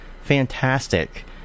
fantastic